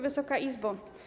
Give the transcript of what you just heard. Wysoka Izbo!